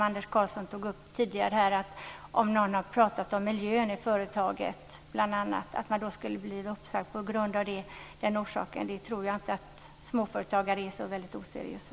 Anders Karlsson tog här tidigare bl.a. upp att någon har pratat om miljön i företaget och skulle bli uppsagd på grund av den orsaken. Jag tror inte att småföretagare är så väldigt oseriösa.